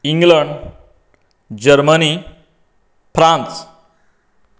England Germany France